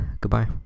Goodbye